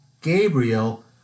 Gabriel